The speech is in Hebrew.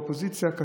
כשאתה באופוזיציה,